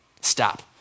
stop